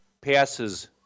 passes